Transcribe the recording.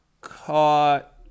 caught